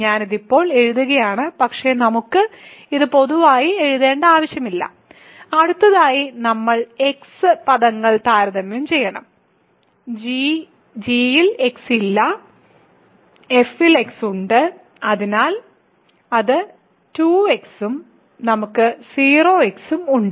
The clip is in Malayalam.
ഞാനിത് ഇപ്പോൾ എഴുതുകയാണ് പക്ഷേ നമുക്ക് ഇത് പൊതുവായി എഴുതേണ്ട ആവശ്യമില്ല അടുത്തതായി നമ്മൾ x പദങ്ങൾ താരതമ്യം ചെയ്യണം g ൽ x ഇല്ല f ൽ x ഉണ്ട് അതിനാൽ അത് 2x ഉം നമുക്ക് 0x ഉം ഉണ്ട്